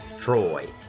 Troy